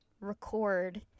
record